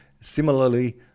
similarly